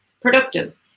productive